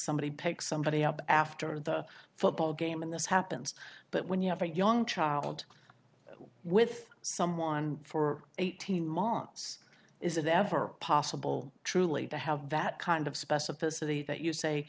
somebody pick somebody up after the football game and this happens but when you have a young child with someone for eighteen months is it ever possible truly to have that kind of specificity that you say